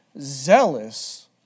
zealous